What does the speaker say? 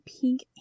pink